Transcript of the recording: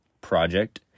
project